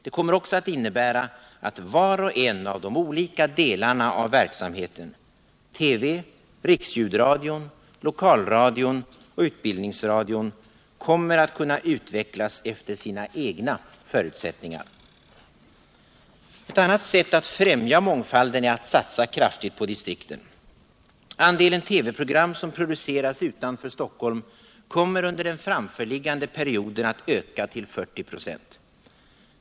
Det kommer också att innebära att var och en av de olika delarna av verksamheten — TV, riksljudradion, lokalradion och utbildningsradion — kommer att kunna utvecklas efter sina egna förutsättningar. Ett annat sätt att främja mångfalden är att satsa kraftigt på distrikten. Andelen TV-program som produceras utanför Stockholm kommer under den framförliggande perioden att öka till 40 96.